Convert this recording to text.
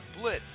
Blitz